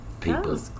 people